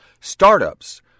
Startups